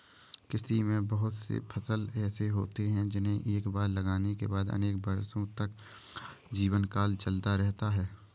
कृषि में बहुत से फसल ऐसे होते हैं जिन्हें एक बार लगाने के बाद अनेक वर्षों तक उनका जीवनकाल चलता रहता है